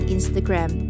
Instagram